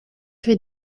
für